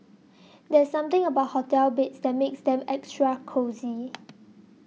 there's something about hotel beds that makes them extra cosy